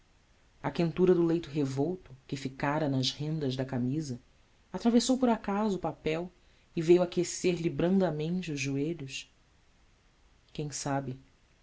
a quentura do leito revolto que ficara nas rendas da camisa atravessou por acaso o papel e veio aquecer lhe brandamente os joelhos quem sabe